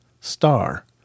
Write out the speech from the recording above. star